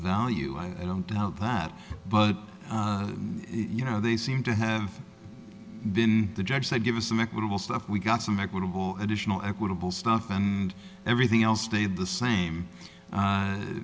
value i don't doubt that but you know they seem to have been the judge said give us some equitable stuff we got some equitable and initial equitable stuff and everything else stayed the same